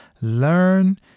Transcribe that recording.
Learn